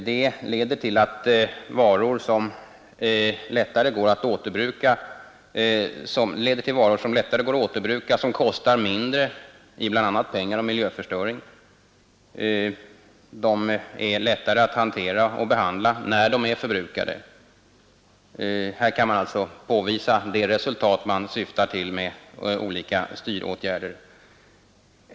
Det leder till varor som lättare går att återbruka, som kostar mindre i bl.a. pengar och miljöförstöring och som är lättare att hantera och behandla när de är förbrukade. Här kan man alltså påvisa det resultat man syftar till med olika styråtgärder.